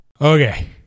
Okay